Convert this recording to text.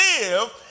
live